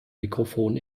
mikrofon